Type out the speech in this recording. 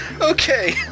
Okay